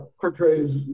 portrays